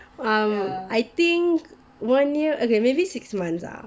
um I think one year okay maybe six months ah